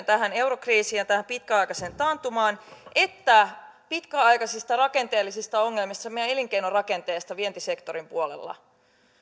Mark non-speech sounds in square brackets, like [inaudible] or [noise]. [unintelligible] tähän eurokriisiin ja tähän pitkäaikaiseen taantumaan että pitkäaikaisista rakenteellisista ongelmista meidän elinkeinorakenteessamme vientisektorin puolella